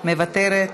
מוותרת,